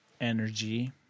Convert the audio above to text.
Energy